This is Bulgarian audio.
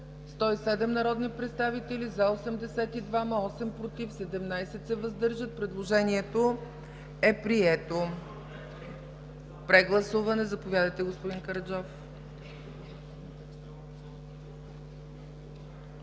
107 народни представители: за 82, против 8, въздържали се 17. Предложението е прието. Прегласуване – заповядайте, господин Караджов.